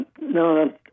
no